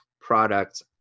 products